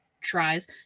tries